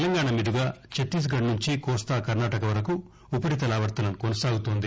తెలంగాణా మీదుగా ఛత్తీస్ఘడ్నుంచి కోస్తా కర్ణాటక వరకు ఉపరితల ఆవర్తనం కొనసాగుతోంది